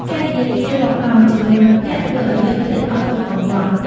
ការនិយាយគ្នារាប់ម៉ោងជាមួយមិត្តភក្តិ ធ្វើឱ្យយើងភ្លេចអស់ទុក្ខកង្វល់។